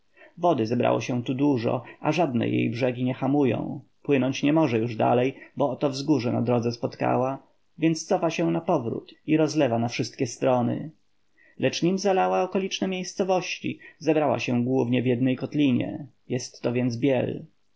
wody zebrało się tu dużo a żadne jej brzegi nie hamują płynąć nie może już dalej bo oto wzgórze na drodze spotkała więc cofa się napowrót i rozlewa na wszystkie strony lecz nim zalała okoliczne miejscowości zebrała się głównie w jednej kotlinie jest to więc biel